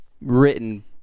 written